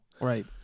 Right